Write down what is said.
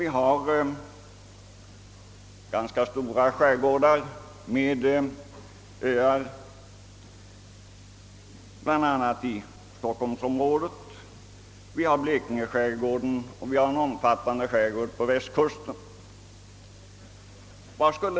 Vi har ganska stora skärgårdar bland annat i stockholmsområdet, i Blekinge och vid Västkusten.